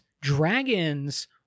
dragons